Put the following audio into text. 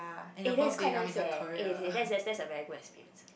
eh that is quite nice eh eh that's that's that's a very good experience